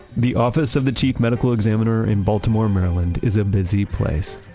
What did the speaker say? the office of the chief medical examiner in baltimore, maryland is a busy place.